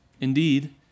Indeed